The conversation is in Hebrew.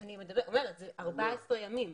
אני אומרת שמדובר ב-14 ימים.